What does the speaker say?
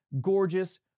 gorgeous